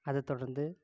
அதை தொடர்ந்து